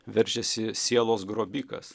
verčiasi sielos grobikas